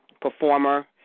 performer